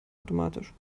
automatisch